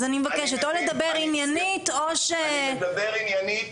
אז אני מבקשת או לדבר עניינית או -- אני מדבר עניינית,